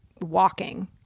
walking